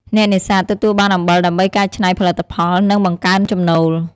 អ្នកនេសាទទទួលបានអំបិលដើម្បីកែច្នៃផលិតផល និងបង្កើនចំណូល។